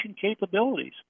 capabilities